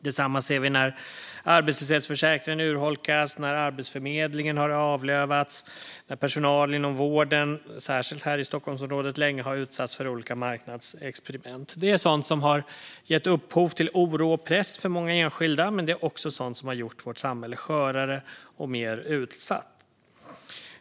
Detsamma ser vi när arbetslöshetsförsäkringen urholkats, Arbetsförmedlingen avlövats och personal inom vården, särskilt här i Stockholmsområdet, länge har utsatts för olika marknadsexperiment. Detta är sådant som har gett upphov till oro och press för många enskilda, men det är också sådant som har gjort vårt samhälle skörare och mer utsatt.